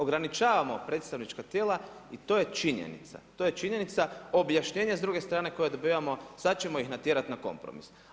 Ograničavamo predstavnička tijela i to je činjenica, to je činjenica, objašnjenja s druge strane koja dobivamo sada ćemo ih natjerati na kompromis.